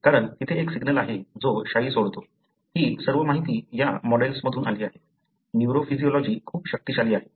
कारण तेथे एक सिग्नल आहे जो शाई सोडतो ही सर्व माहिती या मॉडेल्स मधून आली आहे न्यूरोफिजियोलॉजी खूप शक्तिशाली आहे